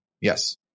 Yes